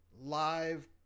live